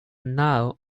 now